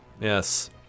yes